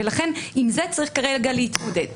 לכן עם זה צריך כרגע להתמודד.